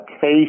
case